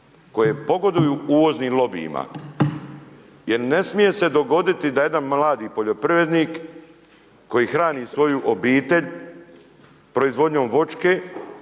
su ljudi uvoznim lobijima. Jer ne smije se dogoditi, da jedan mladi poljoprivrednik koji hrani svoju obitelj proizvodnjom voćke,